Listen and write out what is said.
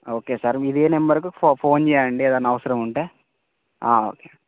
okay sir ఇదే నెంబర్కు ఫో ఫోన్ చేయండి ఏదన్నా అవసరం ఉంటే ఓకే